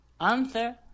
answer